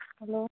hello